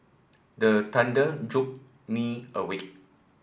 the thunder jolt me awake